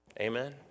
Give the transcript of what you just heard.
Amen